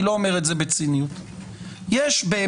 אני לא אומר את זה בציניות.